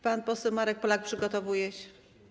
Pan poseł Marek Polak przygotowuje się.